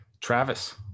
Travis